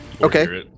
Okay